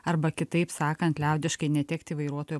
arba kitaip sakant liaudiškai netekti vairuotojo